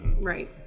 Right